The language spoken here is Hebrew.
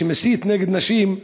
שמסית נגד נשים?